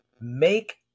make